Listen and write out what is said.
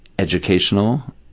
Educational